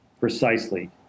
precisely